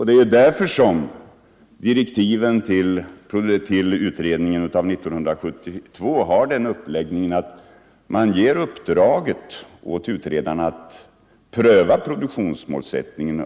Därför har också direktiven till 1972 års utredning Ang. jordbrukspoliden uppläggningen att utredarna skall pröva produktionsmålsättningen.